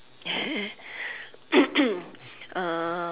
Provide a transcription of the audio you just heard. uh